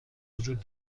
وجود